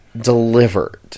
delivered